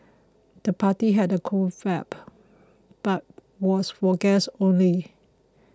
the party had a cool vibe but was for guests only